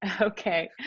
Okay